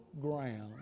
ground